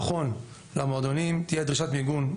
נכון: למועדונים תהיה דרישת מיגון,